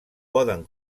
poden